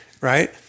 right